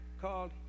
called